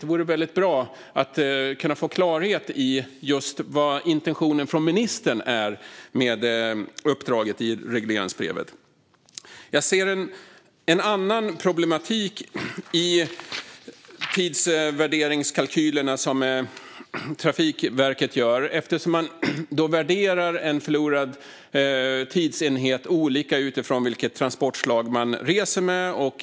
Det vore väldigt bra att få klarhet om vad intentionen från ministern är med uppdraget i regleringsbrevet. Jag ser en annan problematik i de tidsvärderingskalkyler som Trafikverket gör. Där värderas en förlorad tidsenhet olika beroende på vilket transportslag man reser med.